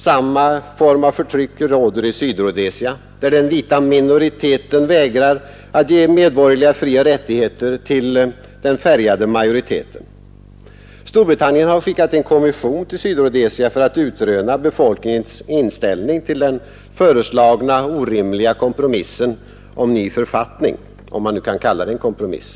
Samma form av förtryck råder i Sydrhodesia, där den vita minoriteten vägrar att ge medborgerliga frioch rättigheter till den färgade minoriteten. Storbritannien har skickat en kommission till Sydrhodesia för att utröna befolkningens inställning till den föreslagna orimliga kompromissen om ny författning — om man nu kan kalla den en kompromiss.